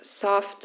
soft